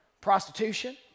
prostitution